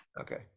Okay